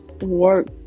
work